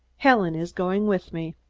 helen is going with me.